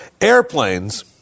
airplanes